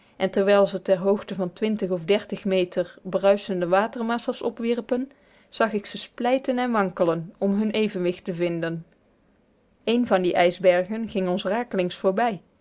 en terwijl ze ter hoogte van of meter bruisende watermassa's opwierpen zag ik ze splijten en wankelen om hun evenwicht te vinden een dier ijsbergen ging ons rakelings voorbij